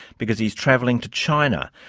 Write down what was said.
because he's traveling to china,